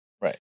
Right